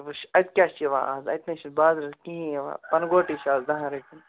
وُچھ اَتہِ کیٛاہ چھُ یِوان از اَتہِ نَے چھُ بازرس کِہیٖنٛی یِوان پنہٕ گوٹٕے چھُ از دَہن رۄپین